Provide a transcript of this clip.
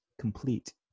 complete